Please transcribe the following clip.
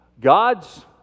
God's